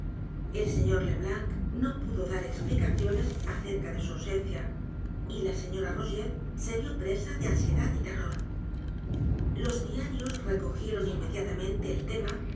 el señor le blanc no pudo dar explicaciones acerca de su ausencia y la señora rogét se vio presa de ansiedad y terror los diarios recogieron inmediatamente el tema